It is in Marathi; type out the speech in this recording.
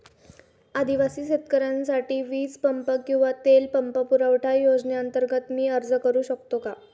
आदिवासी शेतकऱ्यांसाठीच्या वीज पंप किंवा तेल पंप पुरवठा योजनेअंतर्गत मी अर्ज करू शकतो का?